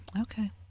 Okay